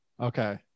Okay